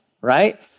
right